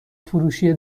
فروشی